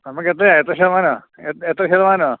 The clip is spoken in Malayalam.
നമുക്ക എത്രയാണ് എത്ര ശതമാനമാണ് എത്ര ശതമാനമാണ്